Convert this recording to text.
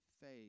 faith